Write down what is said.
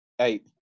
Eight